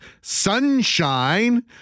sunshine